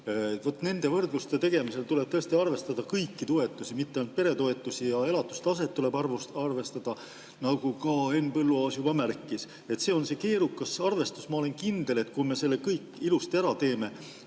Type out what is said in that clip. Nende võrdluste tegemisel tuleb arvestada kõiki toetusi, mitte ainult peretoetusi ja elatustaset, nagu ka Henn Põlluaas juba märkis. See on keerukas arvestus. Ma olen kindel, et kui me selle kõik ilusti ära teeme,